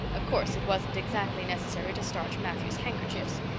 of course it wasn't exactly necessary to starch matthew's handkerchiefs!